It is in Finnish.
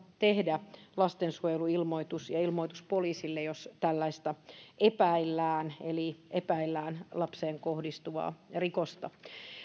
tehdä lastensuojeluilmoitus ja ilmoitus poliisille jos tällaista epäillään eli epäillään lapseen kohdistuvaa rikosta